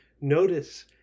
Notice